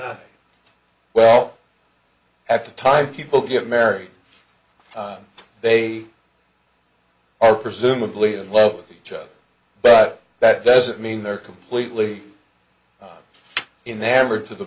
away well at the time people get married they are presumably in love with each other but that doesn't mean they're completely in the hammer to the